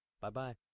Bye-bye